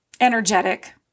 Energetic